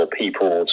people